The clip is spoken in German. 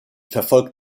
verfolgt